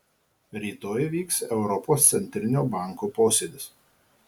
rytoj vyks europos centrinio banko posėdis